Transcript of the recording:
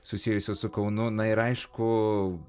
susijusios su kaunu na ir aišku